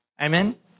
Amen